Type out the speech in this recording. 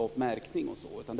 inte märkning och sådant.